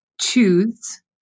choose